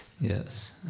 Yes